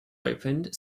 opened